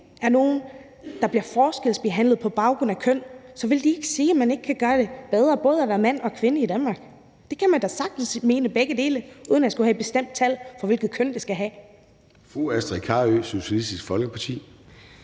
er nogen, der bliver forskelsbehandlet på baggrund af køn, vil det ikke sige, at man ikke kan gøre det bedre både at være mand og være kvinde i Danmark. Det kan man da sagtens mene uden at skulle have et bestemt tal på i forhold til køn. Kl. 16:26 Formanden (Søren Gade): Fru Astrid Carøe, Socialistisk Folkeparti.